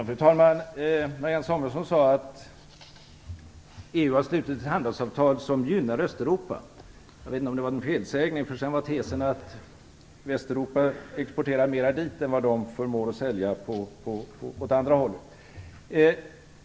Fru talman! Marianne Samuelsson sade att EU har slutit ett handelsavtal som gynnar Östeuropa. Jag vet inte om det var en felsägning, för sedan var tesen att Västeuropa exporterar mer dit än de östeuropeiska länderna själva förmår sälja tillbaka.